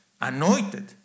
anointed